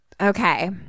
okay